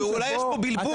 אולי יש פה בלבול.